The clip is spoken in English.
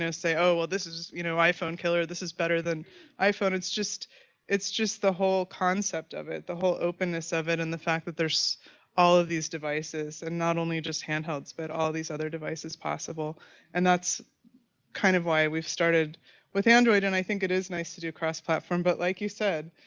say, oh, well. this is, you know, iphone killer. this is better than iphone. it's just it's just the whole concept of it the whole openness of it. and the fact that there's all of these devices and not only the just handhelds but all these other devices possible and that's kind of why we've started with android. and i think it is nice to do a cross platform but like you said,